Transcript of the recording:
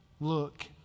look